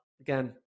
Again